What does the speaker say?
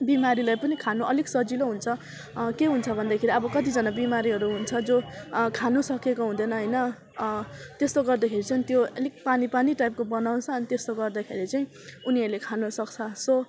बिमारीलाई पनि खानु अलिक सजिलो हुन्छ के हुन्छ भन्दाखेरि अब कतिजना बिमारीहरू हुन्छ जो खानु सकेको हुँदैन होइन त्यस्तो गर्दाखेरि चाहिँ त्यो अलिक पानी पानी टाइपको बनाउँछ अनि त्यस्तो गर्दाखेरि चाहिँ उनीहरूले खानु सक्छ सो